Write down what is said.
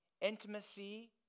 intimacy